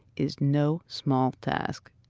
is no small task.